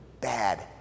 Bad